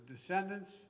descendants